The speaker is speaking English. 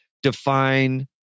define